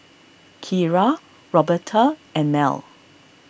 Keira Roberta and Mell